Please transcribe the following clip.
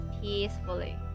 peacefully